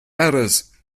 errors